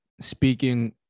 speaking